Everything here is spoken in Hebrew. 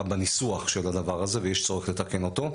בניסוח של הדבר הזה ויש צורך לתקן אותו,